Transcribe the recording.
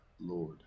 Lord